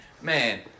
Man